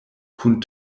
kun